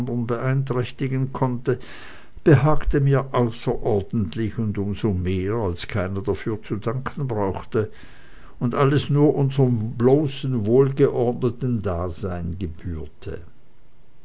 beeinträchtigen konnte behagte mir außerordentlich und um so mehr als keiner dafür zu danken brauchte und alles nur unserm bloßen wohlgeordneten dasein gebührte